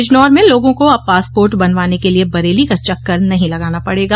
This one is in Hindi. बिजनौर में लोगों को अब पासपोर्ट बनवाने के लिए बरेली का चक्कर नहीं लगाना पड़ेगा